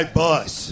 bus